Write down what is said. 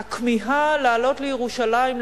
הכמיהה לעלות לירושלים,